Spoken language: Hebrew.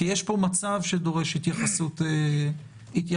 כי יש כאן מצב שדורש התייחסות ייחודית.